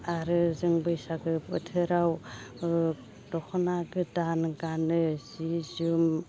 आरो जों बैसागो बोथोराव ओ दख'ना गोदान गानो जि जोम